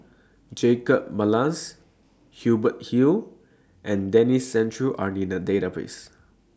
Jacob Ballas Hubert Hill and Denis Santry Are in The Database